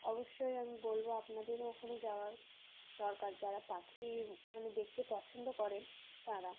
অবশ্যই আমি বলবো আপনাদেরও ওখানে যাওয়ার দরকার যারা পাখি মানে দেখতে পছন্দ করেন তারা